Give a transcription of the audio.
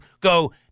go